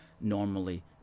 normally